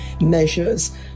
measures